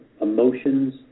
Emotions